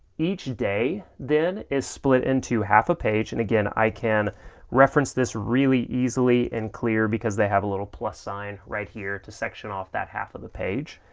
each day, then, is split into half a page and again i can reference this really easily and clear because they have a little plus sign right here to section off that half of the page.